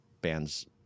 bands